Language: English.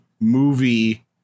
movie